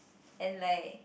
and like